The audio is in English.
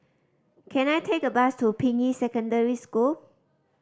can I take a bus to Ping Yi Secondary School